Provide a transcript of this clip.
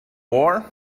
war